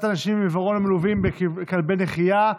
אנשים עם עיוורון המלווים בכלבי נחייה,